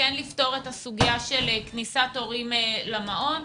כן לפתור את הסוגיה של כניסת הורים למעון.